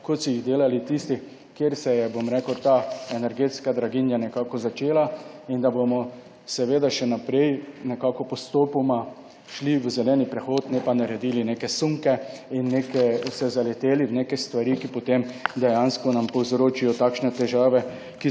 kot so jih delali tisti, kjer se je ta energetska draginja nekako začela, in da bomo seveda še naprej nekako postopoma šli v zeleni prehod, ne pa naredili neke sunke in neke, se zaleteli v neke stvari, ki potem dejansko nam povzročijo takšne težave,